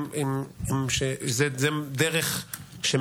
זה רעש רקע שאני